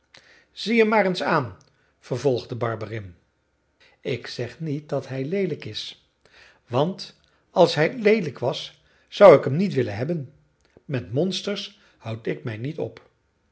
zie hem maar eens aan vervolgde barberin ik zeg niet dat hij leelijk is want als hij leelijk was zou ik hem niet willen hebben met monsters houd ik mij niet op